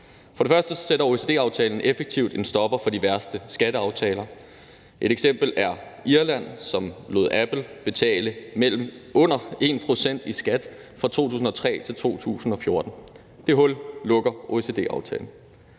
For det første sætter OECD-aftalen effektivt en stopper for de værste skatteaftaler. Et eksempel er Irland, som lod Apple betale under 1 pct. i skat fra 2003 til 2014. Det hul lukker OECD-aftalen.